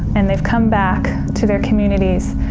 and they've come back to their communities,